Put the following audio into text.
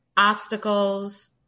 obstacles